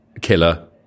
killer